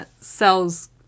sells